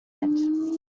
upset